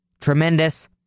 tremendous